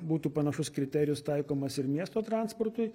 būtų panašus kriterijus taikomas ir miesto transportui